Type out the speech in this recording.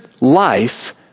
life